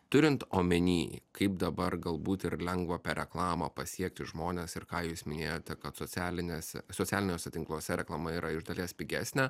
turint omeny kaip dabar galbūt ir lengva per reklamą pasiekti žmones ir ką jūs minėjote kad socialinėse socialiniuose tinkluose reklama yra iš dalies pigesnė